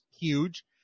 huge